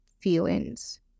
feelings